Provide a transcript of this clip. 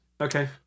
Okay